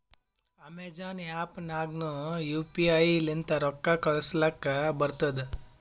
Amazon app ನಾಗ್ನು U P I ಲಿಂತ ರೊಕ್ಕಾ ಕಳೂಸಲಕ್ ಬರ್ತುದ್